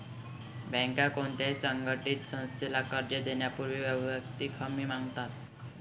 बँका कोणत्याही असंघटित संस्थेला कर्ज देण्यापूर्वी वैयक्तिक हमी मागतात